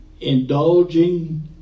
indulging